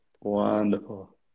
wonderful